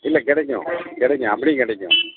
இல்லை கிடைக்கும் கிடைக்கும் அப்படியும் கிடைக்கும்